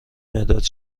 مداد